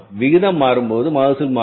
விகிதம் மாறும்போது மகசூல் மாறும்